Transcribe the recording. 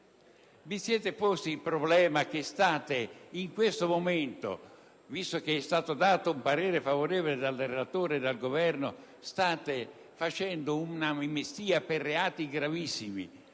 Vi siete posti il problema che in questo momento, visto che è stato dato parere favorevole dalla relatrice e dal Governo, state concedendo un'amnistia per reati gravissimi?